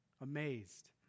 amazed